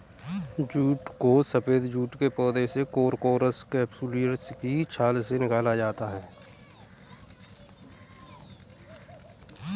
jute को सफेद jute के पौधे कोरकोरस कैप्सुलरिस की छाल से निकाला जाता है